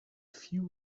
few